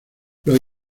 los